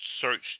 search